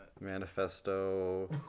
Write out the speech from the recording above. Manifesto